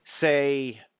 say